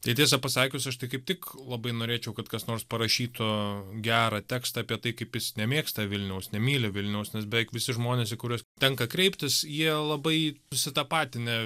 tai tiesą pasakius už tai kaip tik labai norėčiau kad kas nors parašytų gerą tekstą apie tai kaip jis nemėgsta vilniaus nemyli vilniaus nes beveik visi žmonės į kuriuos tenka kreiptis jie labai susitapatinę